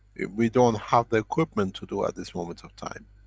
we don't have the equipment to do at this moment of time.